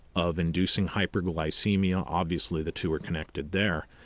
of inducing hyperglycaemia obviously the two are connected there,